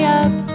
up